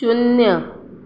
शुन्य